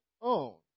own